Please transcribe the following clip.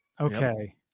Okay